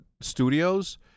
studios